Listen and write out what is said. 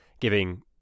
giving